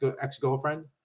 ex-girlfriend